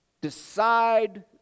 decide